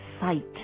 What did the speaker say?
Sight